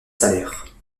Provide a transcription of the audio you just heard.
salaires